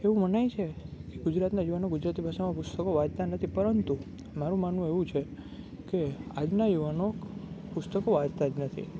એવું મનાય છે કે ગુજરાતના યુવાનો ગુજરાતી ભાષામાં પુસ્તકો વાંચતા નથી પરંતુ મારું માનવું એવું છે આજના યુવાનો પુસ્તકો વાંચતા જ નથી